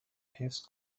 حفظ